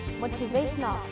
motivational